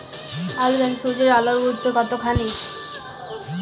আলু চাষে সূর্যের আলোর গুরুত্ব কতখানি?